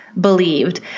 believed